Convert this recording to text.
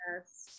Yes